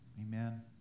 Amen